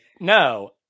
no